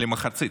למחצה.